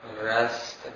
Rest